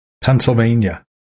Pennsylvania